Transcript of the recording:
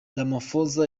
ramaphosa